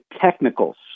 technicals